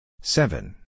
seven